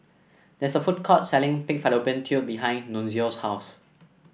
there is a food court selling Pig Fallopian Tube behind Nunzio's house